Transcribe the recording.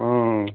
ஆ